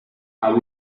are